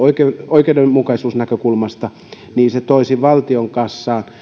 oikeudenmukaisuusnäkökulmasta se toisi valtion kassaan